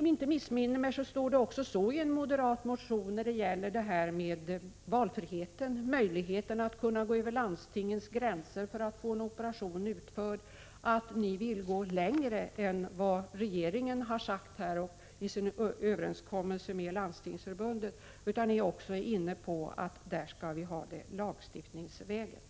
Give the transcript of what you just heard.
inte missminner mig står det också i en moderat motion när det gäller valfriheten, möjligheten att gå över landstingens gränser för att få en operation utförd, att ni vill gå längre än vad regeringen har angivit i sin överenskommelse med Landstingsförbundet. Ni är också inne på att vi här skall gå lagstiftningsvägen.